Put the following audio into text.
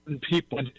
people